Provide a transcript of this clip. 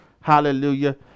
hallelujah